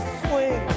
swing